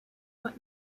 what